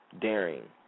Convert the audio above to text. daring